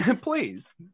Please